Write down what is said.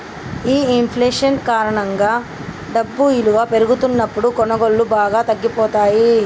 ఈ ఇంఫ్లేషన్ కారణంగా డబ్బు ఇలువ పెరుగుతున్నప్పుడు కొనుగోళ్ళు బాగా తగ్గిపోతయ్యి